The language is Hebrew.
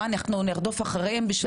מה אנחנו נרדוף אחריהם?